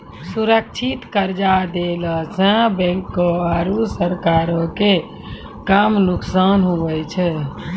सुरक्षित कर्जा देला सं बैंको आरू सरकारो के कम नुकसान हुवै छै